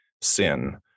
sin